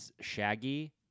shaggy